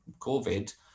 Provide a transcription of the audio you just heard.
COVID